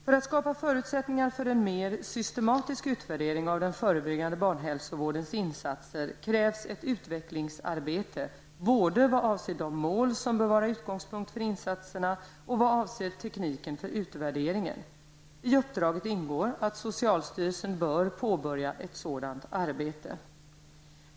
För att skapa förutsättningar för en mer systematisk utvärdering av den förebyggande barnhälsovårdens insatser krävs ett utvecklingsarbete både vad avser de mål som bör vara utgångspunkt för insatserna och vad avser tekniken för utvärderingen. I uppdraget ingår att socialstyrelsen bör påbörja ett sådant arbete.